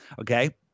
Okay